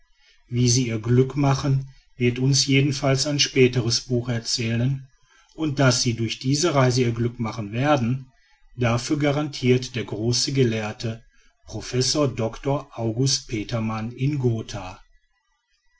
wie sie ihr glück machen wird uns jedenfalls ein späteres buch erzählen und daß sie durch diese reise ihr glück machen werden dafür garantiert der große gelehrte professor dr august petermann in gotha